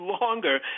longer